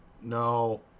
no